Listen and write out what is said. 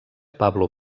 pablo